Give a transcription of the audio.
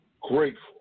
grateful